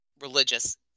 religious